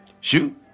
Shoot